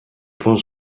points